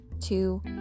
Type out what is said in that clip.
two